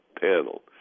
panel